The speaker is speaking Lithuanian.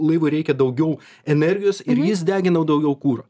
laivui reikia daugiau energijos ir jis deginau daugiau kuro